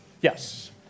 yes